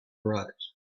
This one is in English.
arise